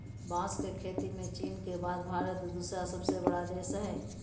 बांस के खेती में चीन के बाद भारत दूसरा सबसे बड़ा देश हइ